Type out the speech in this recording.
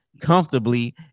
comfortably